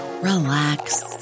relax